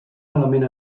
element